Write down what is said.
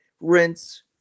rinse